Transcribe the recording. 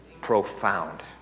Profound